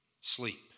sleep